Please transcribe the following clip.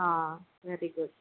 very good